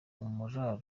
mazina